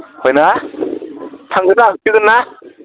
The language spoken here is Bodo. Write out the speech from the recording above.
ओमफ्रायना थांनो हासिगोनना